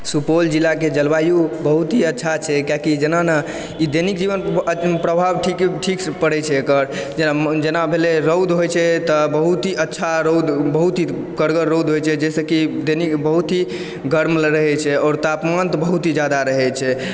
सुपौल जिलाके जलवायु बहुत ही अच्छा छै किआकि ई जेना न इ दैनिक जीवनमऽ प्रभाव ठीक पड़ैत छै एकर जेना भेलय रौद होइत छै तऽ बहुत ही अच्छा रौद बहुत ही कड़गर रौद होइत छै जाहिसँ कि दैनिक बहुत ही गर्म रहय छै आओर तापमान बहुत ही जादा रहय छै